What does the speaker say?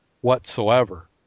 whatsoever